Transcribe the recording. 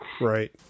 Right